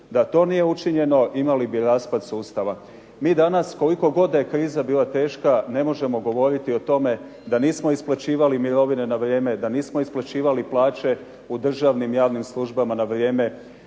Da to nije učinjeno imali bi raspad sustava. Mi danas koliko god da je kriza bila teška ne možemo govoriti o tome da nismo isplaćivali mirovine na vrijeme, da nismo isplaćivali plaće u državnim i javnim službama na vrijeme,